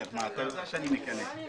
נתונים: